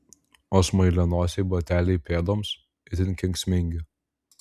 o smailianosiai bateliai pėdoms itin kenksmingi